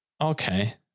Okay